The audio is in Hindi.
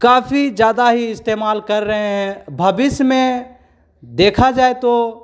काफ़ी ज़्यादा ही इस्तेमाल कर रहे हैं भविष्य में देखा जाए तो